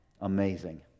Amazing